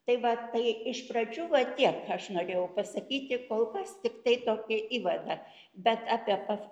tai va tai iš pradžių va tiek aš norėjau pasakyti kol kas tiktai tokį įvadą bet apie pav